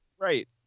Right